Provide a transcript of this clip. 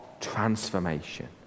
transformation